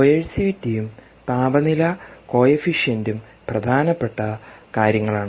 കോഴ്സിവിറ്റിയും താപനില കോഫിഫിഷ്യന്റും പ്രധാനപ്പെട്ട കാര്യങ്ങളാണ്